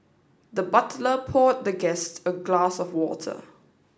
the butler poured the guest a glass of water